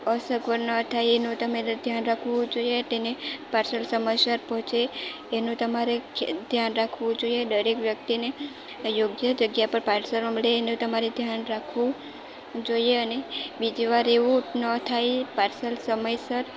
અસગવડ ન થાય એનું તમે ધ્યાન રાખવું જોઈએ તેને પાર્સલ સમયસર પહોંચે એનું તમારે ખ્ય ધ્યાન રાખવું જોઈએ અને દરેક વ્યક્તિને યોગ્ય જગ્યા પર પાર્સલ મળે એનું તમારે ધ્યાન રાખવું જોઈએ અને બીજી વાર એવું ન થાય પાર્સલ સમયસર